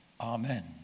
Amen